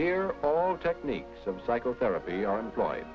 here all techniques of psychotherapy are employed